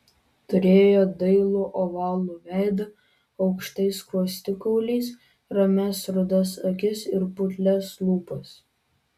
turėjo dailų ovalų veidą aukštais skruostikauliais ramias rudas akis ir putlias lūpas